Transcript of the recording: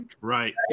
right